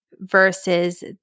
versus